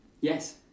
yes